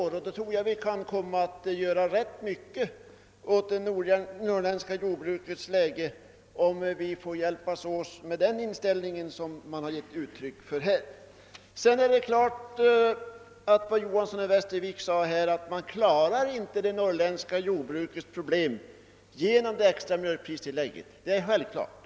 Med en sådan tror jag att vi skulle kunna göra rätt mycket positivt för det norrländska jordbruket. Herr Johanson i Västervik framhöll att man inte klarar det norrländska jordbrukets problem genom det extra mjölkpristillägget. Nej, det är självklart.